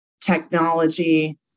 technology